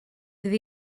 fydd